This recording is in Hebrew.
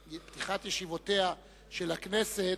פתיחת ישיבותיה של הכנסת,